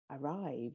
arrive